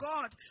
God